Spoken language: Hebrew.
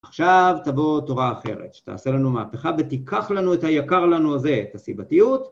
עכשיו תבואו תורה אחרת, שתעשה לנו מהפכה ותיקח לנו את היקר לנו הזה, את הסיבתיות.